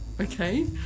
Okay